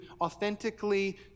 authentically